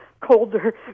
colder